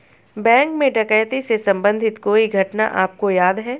Bank में डकैती से संबंधित कोई घटना आपको याद है?